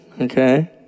okay